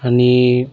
आणि